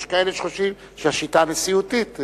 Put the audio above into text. יש כאלה שחושבים שהשיטה הנשיאותית,